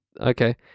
Okay